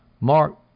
Mark